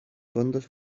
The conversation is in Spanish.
fondos